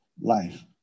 life